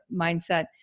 mindset